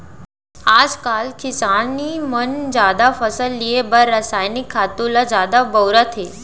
आजकाल किसान मन जादा फसल लिये बर रसायनिक खातू ल जादा बउरत हें